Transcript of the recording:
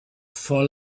for